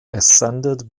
ascended